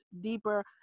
deeper